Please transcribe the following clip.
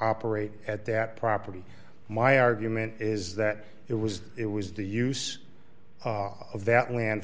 operate at that property my argument is that it was it was the use of that land